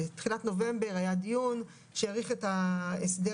בתחילת חודש נובמבר 2021 היה דיון שהאריך את ההסדר